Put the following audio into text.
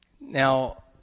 Now